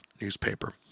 newspaper